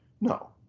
No